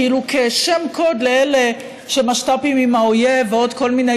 כשם קוד לאלה שמשת"פים עם האויב ועוד כל מיני